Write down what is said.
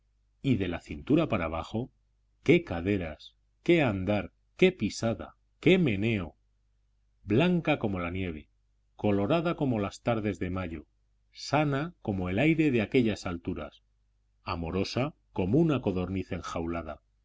y de la cintura para abajo qué caderas qué andar qué pisada qué meneo blanca como la nieve colorada como las tardes de mayo sana como el aire de aquellas alturas amorosa como una codorniz enjaulada